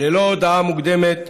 ללא הודעה מוקדמת,